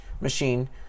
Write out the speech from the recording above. machine